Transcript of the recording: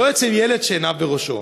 לא אצל ילד שעיניו בראשו.